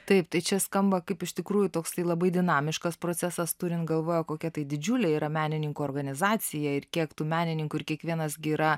taip tai čia skamba kaip iš tikrųjų toksai labai dinamiškas procesas turint galvoje kokia tai didžiulė yra menininkų organizacija ir kiek tų menininkų ir kiekvienas gi yra